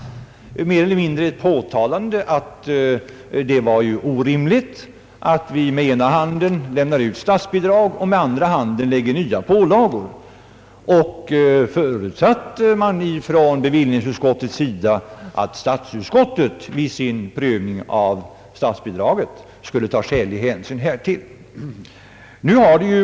Utskottet påtalade nämligen mer eller mindre att det var orimligt att vi med ena handen lämnar ut statsbidrag och med den andra handen lägger nya pålagor. Bevillningsutskottet förutsatte att statsutskottet vid sin prövning av statsbidragen skulle ta skälig hänsyn härtill.